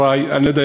אני לא יודע,